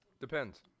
Depends